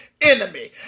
enemy